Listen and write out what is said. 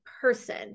person